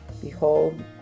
behold